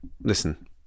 listen